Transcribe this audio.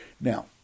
Now